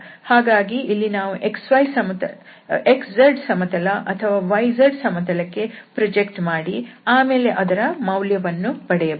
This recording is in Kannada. ಹಾಗಾಗಿ ಇಲ್ಲಿ ನಾವು xz ಸಮತಲ ಅಥವಾ yz ಸಮತಲಕ್ಕೆ ಪ್ರೊಜೆಕ್ಟ್ ಮಾಡಿ ಆಮೇಲೆ ಅದರ ಮೌಲ್ಯವನ್ನು ಪಡೆಯಬಹುದು